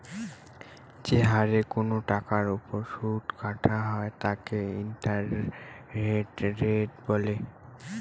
যে হারে কোনো টাকার ওপর সুদ কাটা হয় তাকে ইন্টারেস্ট রেট বলে